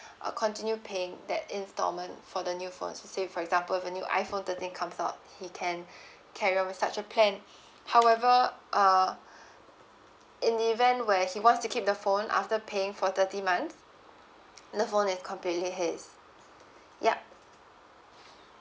uh continue paying that installment for the new phone so say for example the new iPhone thirteen comes out he can carry on with such a plan however uh in the event where he wants to keep the phone after paying for thirty month the phone is completely his yup